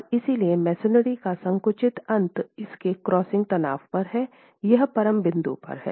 और इसलिए मसोनरी का संकुचित अंत इसके क्रशिंग तनाव पर है यह परम बिंदु पर हैं